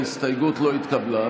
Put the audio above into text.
ההסתייגות לא התקבלה.